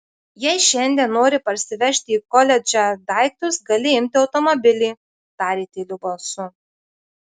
jei šiandien nori parsivežti į koledžą daiktus gali imti automobilį tarė tyliu balsu